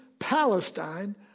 Palestine